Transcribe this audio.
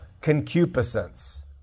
concupiscence